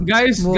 Guys